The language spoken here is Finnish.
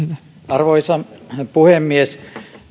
arvoisa puhemies